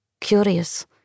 Curious